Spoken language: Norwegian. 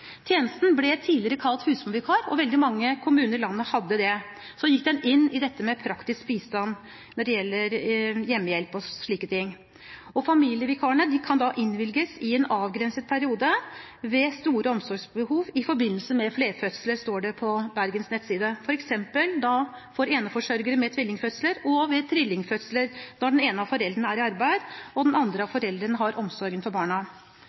Tjenesten ble tidligere kalt husmorvikar, og veldig mange kommuner i landet hadde det. Så gikk den inn i dette med praktisk bistand når det gjelder hjemmehjelp og slike ting. Familievikarene kan ifølge Bergens nettside innvilges i en avgrenset periode ved store omsorgsbehov i forbindelse med flerfødsler, f.eks. for eneforsørgere med tvillinger og ved trillingfødsler når den ene av foreldrene er i arbeid og den andre av foreldrene har omsorgen for barna.